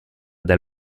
dal